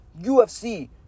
UFC